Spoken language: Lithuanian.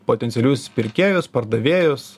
potencialius pirkėjus pardavėjus